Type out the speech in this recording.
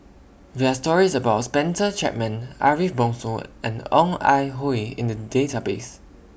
There Are stories about Spencer Chapman Ariff Bongso and Ong Ah Hoi in The Database